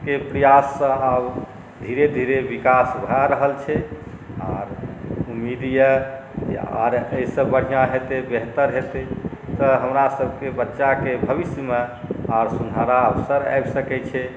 के प्रयाससँ आब धीरे धीरे विकास भए रहल छै आओर उम्मीद यए जे आओर एहिसँ बढ़िआँ हेतै बेहतर हेतै तऽ हमरासभकेँ बच्चाके भविष्यमे आओर सुनहरा अवसर आबि सकैत छै